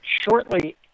shortly